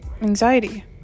anxiety